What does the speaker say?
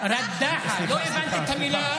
"קדאחה", לא הבנת את המילה?